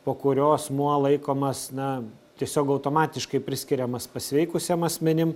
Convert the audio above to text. po kurio asmuo laikomas na tiesiog automatiškai priskiriamas pasveikusiem asmenim